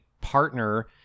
partner